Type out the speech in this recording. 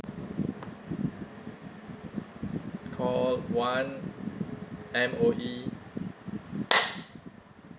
call one M_O_E